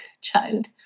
child